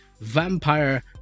Vampire